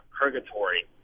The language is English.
purgatory